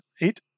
eight